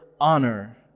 honor